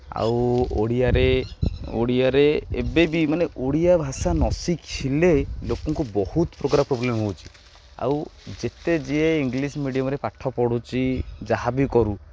ଆଉ ଓଡ଼ିଆରେ ଓଡ଼ିଆରେ ଏବେ ବି ମାନେ ଓଡ଼ିଆ ଭାଷା ନ ଶିଖିଲେ ଲୋକଙ୍କୁ ବହୁତ ପ୍ରକାର ପ୍ରୋବ୍ଲେମ୍ ହେଉଛି ଆଉ ଯେତେ ଯିଏ ଇଂଲିଶ୍ ମିଡ଼ିୟମ୍ରେ ପାଠ ପଢ଼ୁଛି ଯାହା ବିି କରୁ